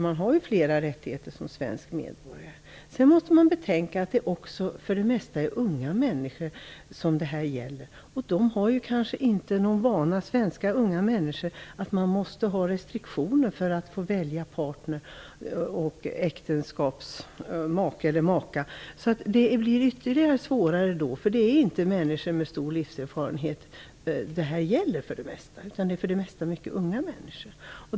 Man har ju flera rättigheter som svensk medborgare. Vi måste också betänka att det oftast gäller unga människor. Svenska ungdomar är kanske inte vana vid att det finns restriktioner när det gäller att välja partner eller maka/make. Det gör det ännu svårare. Det gäller alltså inte människor med stor livserfarenhet, utan för det mesta mycket unga människor.